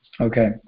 okay